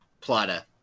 Plata